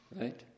Right